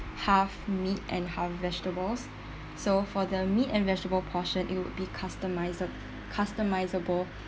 half meat and half vegetables so for the meat and vegetable portion it would be customise~ customisable